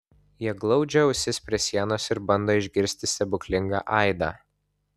jie glaudžia ausis prie sienos ir bando išgirsti stebuklingą aidą